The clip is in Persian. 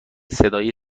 صدای